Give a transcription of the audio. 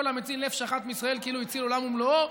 כל המציל נפש אחת מישראל כאילו הציל עולם ומלואו,